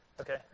Okay